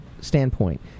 Standpoint